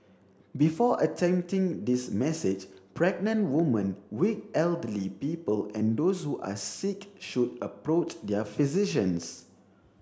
before attempting this message pregnant woman weak elderly people and those who are sick should approach their physicians